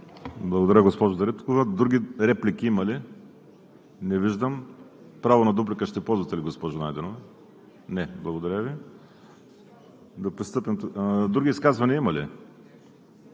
Благодаря, госпожо Дариткова. Други реплики има ли? Не виждам. Право на дуплика – ще ползвате ли, госпожо Найденова? Не. Благодаря Ви. Други изказвания има ли?